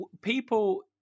people